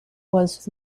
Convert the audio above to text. was